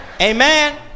Amen